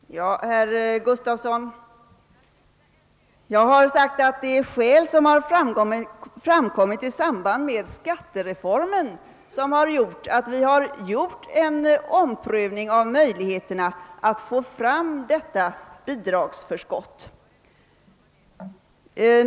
Herr talman! Jag har, herr Gustavsson i Alvesta, sagt att det är omständigheter som har framkommit i samband med skattereformen som är anledningen till att vi har gjort en omprövning av möjligheterna att få fram detta bidragsförskott.